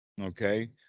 Okay